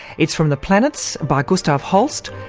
it's from the planets by gustav holst,